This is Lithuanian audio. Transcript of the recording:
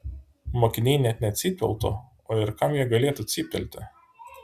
mokiniai net necypteltų o ir kam jie galėtų cyptelti